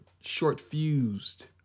short-fused